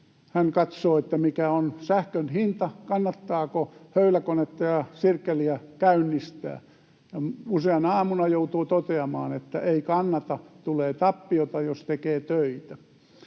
hän katsoo, mikä on sähkön hinta, kannattaako höyläkonetta ja sirkkeliä käynnistää. Useana aamuna joutuu toteamaan, että ei kannata, tulee tappiota, jos tekee töitä.